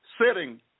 sitting